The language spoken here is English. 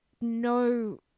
no